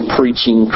preaching